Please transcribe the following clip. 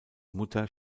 mutter